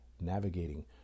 navigating